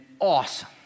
awesome